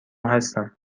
هستم